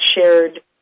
shared